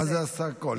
מה זה עשה הכול?